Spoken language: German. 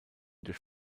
durch